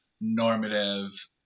normative